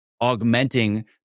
augmenting